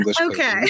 okay